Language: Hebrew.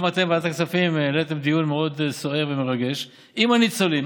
גם אתם בוועדת הכספים קיימתם דיון מאוד סוער ומרגש עם הניצולים.